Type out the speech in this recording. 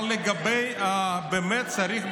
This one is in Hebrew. אבל באמת צריך,